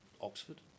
Oxford